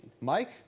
Mike